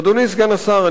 אדוני סגן השר,